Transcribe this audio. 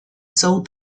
sold